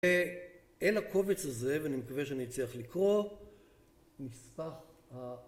אל הקובץ הזה, ואני מקווה שאני אצליח לקרוא, נספח ה...